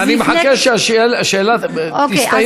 אז לפני, אני מחכה שהשאלה תסתיים.